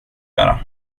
göra